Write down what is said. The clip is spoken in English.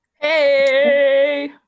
hey